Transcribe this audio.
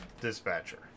Dispatcher